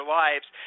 lives